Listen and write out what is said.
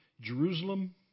Jerusalem